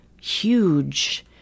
huge